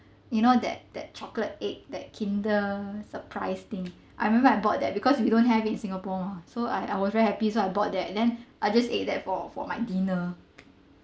you know that that chocolate egg that kinder surprise thing I remember I bought that because we don't have in singapore mah so I I was very happy so I bought that then I just ate that for for my dinner